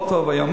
לא טוב היום,